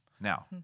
Now